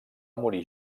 morir